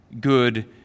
good